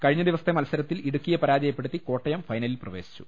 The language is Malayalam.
കഴിഞ്ഞ ദിവ സത്തെ മത്സരത്തിൽ ഇടുക്കിയെ പരാജയപ്പെടുത്തി കോട്ടയം ഫൈനലിൽ പ്രവേശിച്ചു